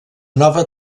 nova